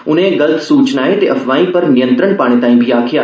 उनें गल्त सूचनाएं ते अफवाएं पर नियंत्रण पाने ताईं बी आक्खेआ